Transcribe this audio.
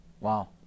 Wow